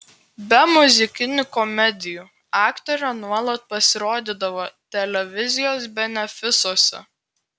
be muzikinių komedijų aktorė nuolat pasirodydavo televizijos benefisuose